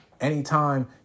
anytime